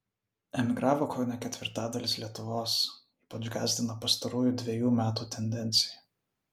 emigravo kone ketvirtadalis lietuvos ypač gąsdina pastarųjų dvejų metų tendencija